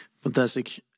Fantastic